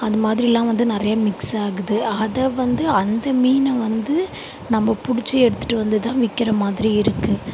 அதுமாதிரியெலாம் வந்து நிறைய மிக்ஸ் ஆகுது அதை வந்து அந்த மீனை வந்து நம்ம பிடிச்சி எடுத்துட்டு வந்துதான் விற்கிற மாதிரி இருக்குது